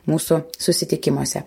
mūsų susitikimuose